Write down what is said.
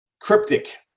cryptic